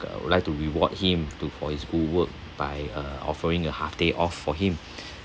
uh would like to reward him to for his good work by uh offering a half day off for him